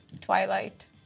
Twilight